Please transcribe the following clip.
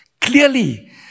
Clearly